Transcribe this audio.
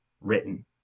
written